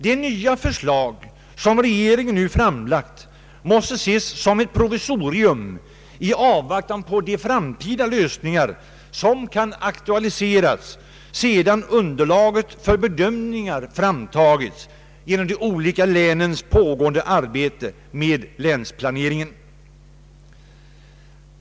Det nya förslag som regeringen nu framlagt måste ses som ett provisorium i avvaktan på de framtida lösningar som kan aktualiseras sedan underlag för bedömningar framtagits genom de olika länens pågående arbete med länsplaneringen.